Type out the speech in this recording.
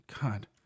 god